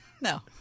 No